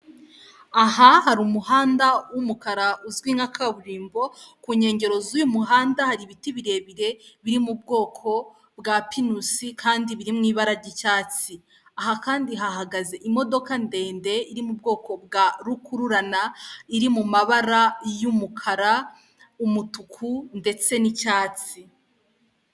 Aha hari umuhanda w'umukara uzwi nka kaburimbo, ku nkengero z'uyu muhanda hari ibiti birebire biri mu bwoko bwa pinusi kandi biri mu ibara ry'icyatsi. Aha kandi hahagaze imodoka ndende iri mu bwoko bwa rukururana, iri mu mabara y'umukara, umutuku ndetse n'icyatsi.